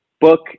book